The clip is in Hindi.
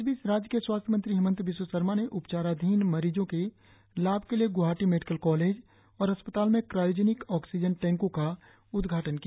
इस बीच राज्य के स्वास्थ्य मंत्री हिमंता बिस्वा सरमा ने उपचाराधीन मरीजों के लाभ के लिए ग्वाहाटी मेडिकल कॉलेज और अस्पताल में क्रायोजेनिक ऑक्सीजन टैंकों का उद्घाटन किया